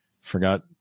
forgot